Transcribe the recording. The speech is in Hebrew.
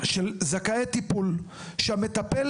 זכאי טיפול, שהמטפל